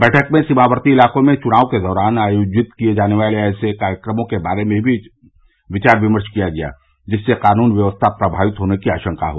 वैठक में सीमावर्ती इलाकों में चुनाव के दौरान आयोजित किये जाने वाले ऐसे कार्यक्रमों के बारे में भी विचार विमर्श किया गया जिससे कानून व्यवस्था प्रभावित होने की आशंका हो